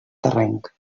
terrenc